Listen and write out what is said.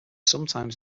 sometimes